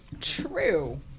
True